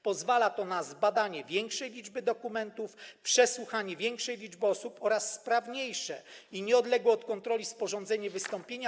Pozwala to na zbadanie większej liczby dokumentów, przesłuchanie większej liczby osób oraz sprawniejsze i nieodległe od kontroli sporządzenie wystąpienia.